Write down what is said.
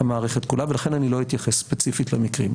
המערכת כולה ולכן אני לא אתייחס ספציפית למקרים.